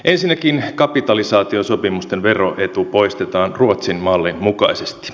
ensinnäkin kapitalisaatiosopimusten veroetu poistetaan ruotsin mallin mukaisesti